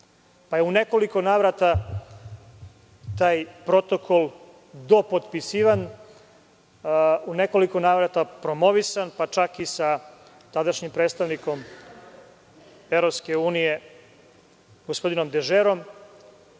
izbora.U nekoliko navrata je taj protokol dopotpisivan, u nekoliko navrata promovisan, pa čak i sa tadašnjim predstavnikom EU, gospodinom Dežerom,